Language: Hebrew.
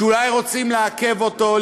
שאולי רוצים לעכב אותו,